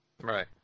Right